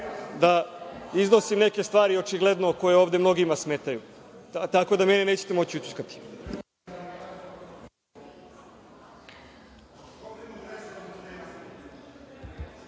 da iznosim neke stvari očigledno kojima ovde mnogima smetaju. Tako da mene nećete moći ućutkati.